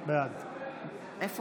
בעד בעד.